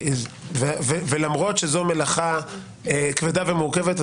למרות שזאת מלאכה כבדה ומורכבת,